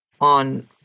on